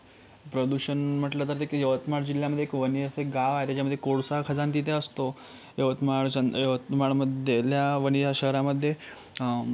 प्रदूषण म्हटलं तर ते एक यवतमाळ जिल्ह्यामध्ये एक वणी असं एक गाव आहे त्याच्यामध्ये कोळसा खजान तिथे असतो यवतमाळ च यवतमाळमधल्या वणी या शहरामध्ये